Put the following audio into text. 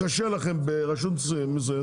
קשה לכם ברשות מסוימת,